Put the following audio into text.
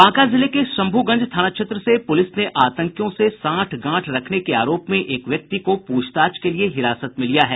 बांका जिले के शंभूगंज थाना क्षेत्र से पूलिस ने आतंकियों से सांठ गांठ रखने के आरोप में एक व्यक्ति को पूछताछ के लिए हिरासत में लिया है